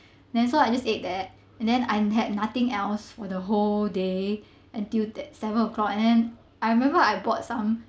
then so I just ate that and then I had nothing else for the whole day until that seven o'clock and then I remembered I bought some